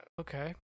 Okay